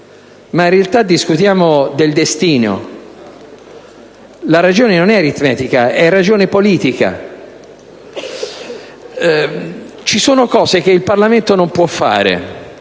ma in realtà discutiamo del destino. La ragione non è aritmetica, è ragione politica. Ci sono cose che il Parlamento non può fare